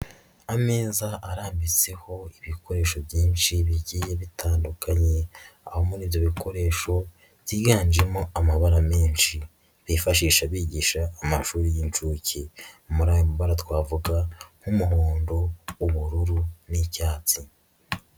Ameza arambitseho ibikoresho byinshi bigiye bitandukanye, aho muri ibyo bikoresho byiganjemo amabara menshi. Bifashisha bigisha amashuri y'inshuke, muri ayo mabara twavugamo nk'umuhondo, ubururu n'icyatsi.